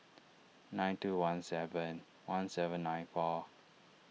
nine two one seven one seven nine four